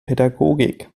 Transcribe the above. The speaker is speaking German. pädagogik